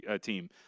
team